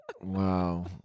Wow